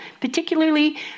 particularly